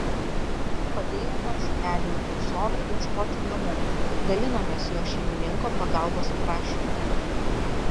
padėjome šuneliui luksorui ieškoti namų dalinomės jo šeimininko pagalbos prašymu